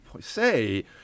say